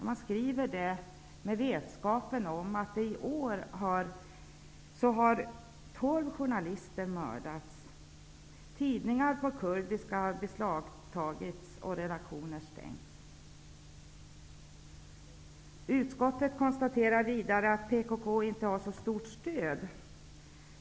Man skriver det med vetskap om att tolv journalister har mördats hittills i år, att tidningar på kurdiska har beslagtagits och att redaktioner har stängts. Utskottet konstaterar vidare att PKK inte har så stort stöd.